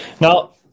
Now